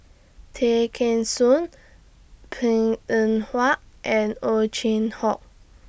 Tay Kheng Soon Png Eng Huat and Ow Chin Hock